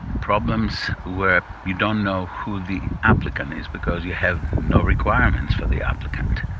problems where you don't know who the applicant is because you have no requirements for the applicant.